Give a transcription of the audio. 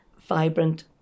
vibrant